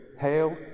hail